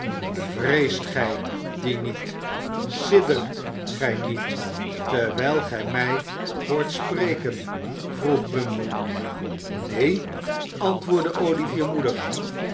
vreest gij die niet siddert gij niet terwijl gij mij hoort spreken vroeg bumble neen antwoordde olivier moedig